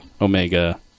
Omega